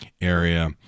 area